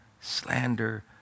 slander